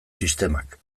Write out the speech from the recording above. sistemak